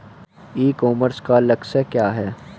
ई commerce का लक्ष्य क्या है?